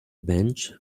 bench